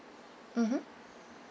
mmhmm